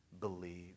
believe